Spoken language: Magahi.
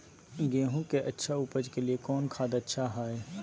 गेंहू के अच्छा ऊपज के लिए कौन खाद अच्छा हाय?